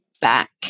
back